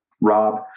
Rob